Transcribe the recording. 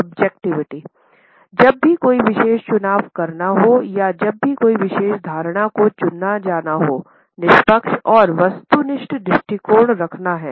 objectivity जब भी कोई विशेष चुनाव करना हो या जब भी कोई विशेष धारणा को चुना जाना है निष्पक्ष और वस्तुनिष्ठ दृष्टिकोण रखना है